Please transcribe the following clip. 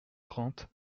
trente